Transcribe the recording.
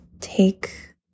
Take